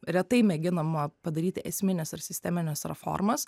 retai mėginama padaryti esmines ar sistemines reformas